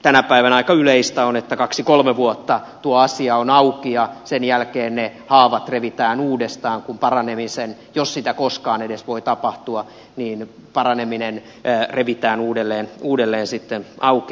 tänä päivänä aika yleistä on että kaksi kolme vuotta tuo asia on auki ja sen jälkeen ne haavat revitään uudestaan kun paraneminen jos sitä koskaan edes voi tapahtua revitään uudelleen auki